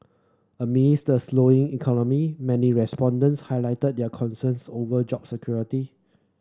amid's the slowing economy many respondents highlighted their concerns over job security